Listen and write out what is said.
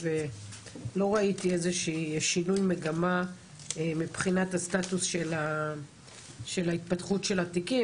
לא ראיתי איזה שהוא שינוי מגמה מבחינת סטטוס התפתחות התיקים,